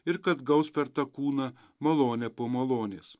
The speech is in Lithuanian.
ir kad gaus per tą kūną malonę po malonės